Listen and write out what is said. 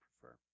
prefer